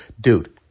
dude